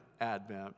Advent